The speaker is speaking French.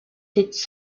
cette